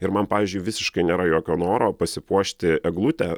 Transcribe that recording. ir man pavyzdžiui visiškai nėra jokio noro pasipuošti eglutę